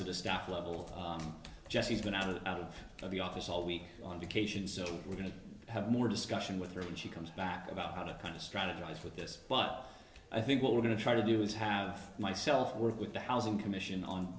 a stock level of just he's been out of out of the office all week on vacation so we're going to have more discussion with her when she comes back about how to kind of strategize with this but i think what we're going to try to do is have myself work with the housing commission on